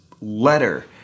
letter